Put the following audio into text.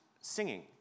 singing